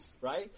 right